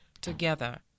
together